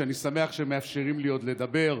שאני שמח שהם מאפשרים לי עוד לדבר,